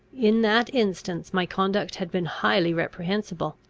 in that instance my conduct had been highly reprehensible,